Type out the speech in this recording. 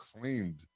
claimed